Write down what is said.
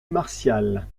martial